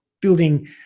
building